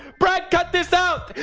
brad cut this out!